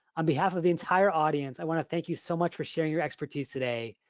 on behalf of the entire audience, i wanna thank you so much for sharing your expertise today.